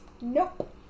Nope